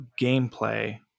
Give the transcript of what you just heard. gameplay